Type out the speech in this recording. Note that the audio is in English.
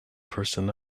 person